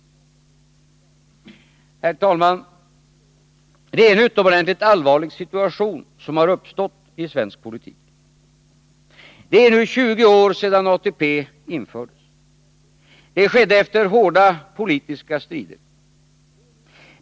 Herr talman! Det är en utomordentligt allvarlig situation som har uppstått i svensk politik. Det är nu 20 år sedan ATP infördes. Det skedde efter hårda politiska strider.